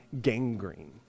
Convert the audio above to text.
gangrene